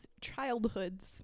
childhoods